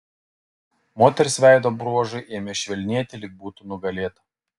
moters veido bruožai ėmė švelnėti lyg būtų nugalėta